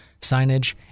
signage